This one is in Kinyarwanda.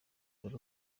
dore